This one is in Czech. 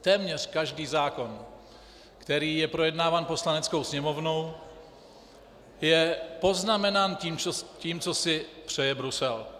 Téměř každý zákon, který je projednáván Poslaneckou sněmovnou, je poznamenán tím, co si přeje Brusel.